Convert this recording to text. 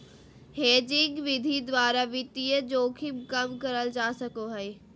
hedging विधि द्वारा वित्तीय जोखिम कम करल जा सको हय